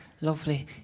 lovely